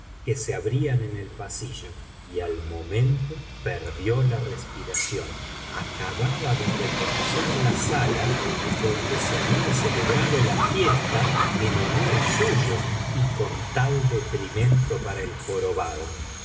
que se abrían en el pasillo y al momento perdió la respiración acababa de reconocer la sala donde se había celebrado la fiesta en honor tomo ii biblioteca valenciana generálitat valenciana las mil noches y una noche suyo y con tal detrimento para el jorobado